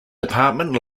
department